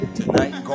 tonight